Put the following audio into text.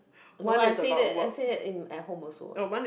no I say that I say that in at home also what